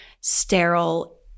sterile